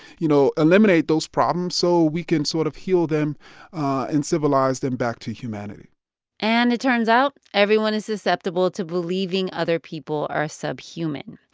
you know, eliminate those problems so we can sort of heal them and civilize them back to humanity and, it turns out, everyone is susceptible to believing other people are subhuman.